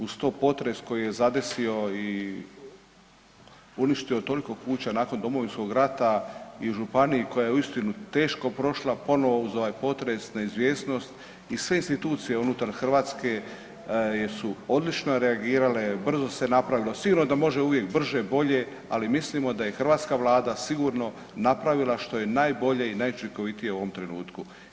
Uz to potres koji je zadesio i uništio toliko kuća nakon Domovinskog rata i županiji koja je uistinu teško prošla ponovo uz ovaj potres, neizvjesnost i sve institucije unutar Hrvatske jesu odlično reagirale, brzo se napravilo, sigurno da može uvijek brže, bolje, ali mislimo da je hrvatska vlada sigurno napravila što je najbolje i najučinkovitije u ovom trenutku.